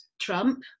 trump